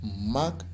Mark